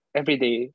everyday